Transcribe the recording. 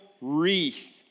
wreath